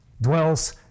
dwells